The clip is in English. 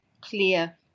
clear